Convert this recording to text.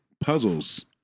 puzzles